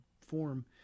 form